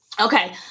Okay